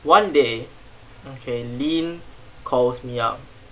one day okay lynn calls me up